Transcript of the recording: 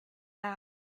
out